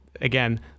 again